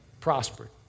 prospered